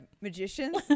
magicians